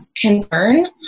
concern